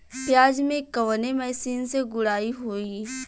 प्याज में कवने मशीन से गुड़ाई होई?